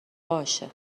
باشه